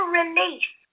release